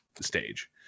stage